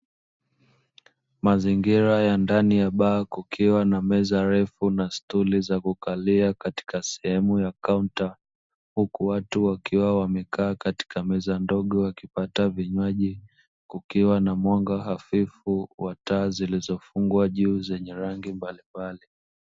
Mazingira ya ndani ya baa kukiwa na meza ndefu na stuli za kukalia katika sehemu ya kaunta, Huku watu wakiwa wamekaa katika Meza ndogo wakipata vinywaji kukiwa na mwanga hafifu wa taa zilizofungwa juu zenye rangi mbalimbali.